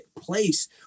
place